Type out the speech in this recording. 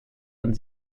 und